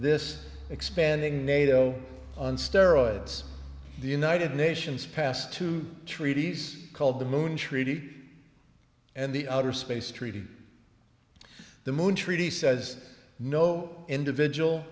this expanding nato on steroids the united nations passed two treaties called the moon treaty and the outer space treaty the moon treaty says no individual